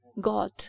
God